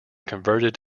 converted